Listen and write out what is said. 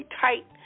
tight